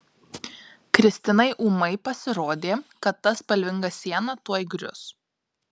kristinai ūmai pasirodė kad ta spalvinga siena tuoj grius